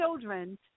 children